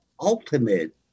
ultimate